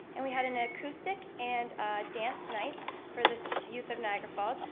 and we had an acoustic and dance night for this youth of niagara falls,